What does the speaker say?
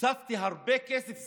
הוספתי הרבה כסף.